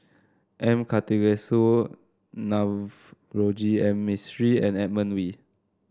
M Karthigesu Navroji and Mistri and Edmund Wee